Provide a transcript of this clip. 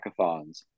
hackathons